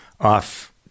off